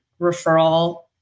referral